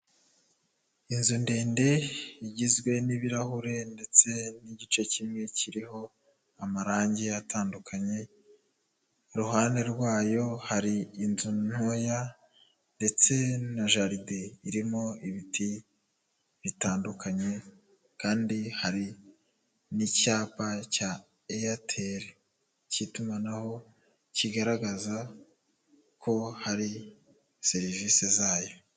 Inzu ndende igizwe n'ibirahure ndetse n'igice kimwe kiriho amarangi atandukanye, iruhande rwayo hari inzu ntoya ndetse na jaride irimo ibiti bitandukanye, kandi hari n'icyapa cya Airtel cy'itumanaho kigaragaza ko hari serivisi zayo.